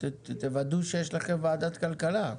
תוודאו שיש לכם ועדת כלכלה.